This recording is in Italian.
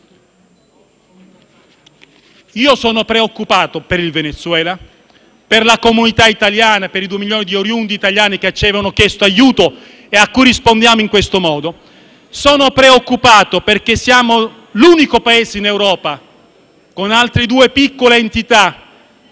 Sono preoccupato per il Venezuela, per la comunità italiana, per i due milioni di oriundi italiani che ci avevano chiesto aiuto e a cui rispondiamo in questo modo. Sono preoccupato perché siamo rimasti l'unico Paese in Europa, insieme ad altre due piccole entità